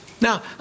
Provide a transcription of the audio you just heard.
Now